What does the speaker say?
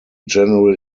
general